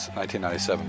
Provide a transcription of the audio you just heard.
1997